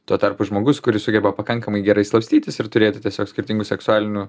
tuo tarpu žmogus kuris sugeba pakankamai gerai slapstytis ir turėti tiesiog skirtingų seksualinių